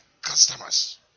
customers